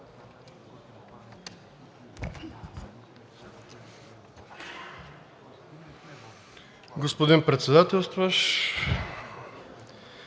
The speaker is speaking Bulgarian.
Господин Председателстващ,